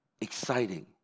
exciting